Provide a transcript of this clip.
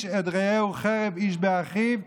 חרב איש באחיו,